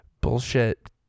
bullshit